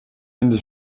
ende